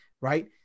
Right